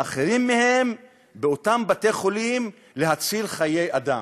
הם ואחרים באותם בתי-חולים, להציל חיי אדם,